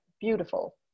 beautiful